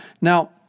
Now